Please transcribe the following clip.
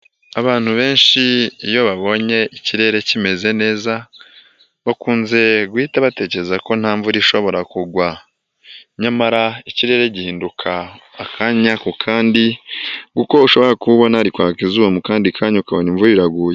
Abantu benshi iyo babonye ikirere kimeze neza, bakunze guhita batekereza ko nta mvura ishobora kugwa, nyamara ikirere gihinduka akanya ku kandi, kuko ushobora kubona ari kwaka izuba mukandi kanya ukabona imvura iraguye.